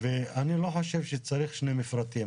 ואני לא חושב שצריך שני מפרטים.